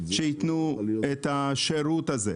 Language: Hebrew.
שייתנו את השירות הזה.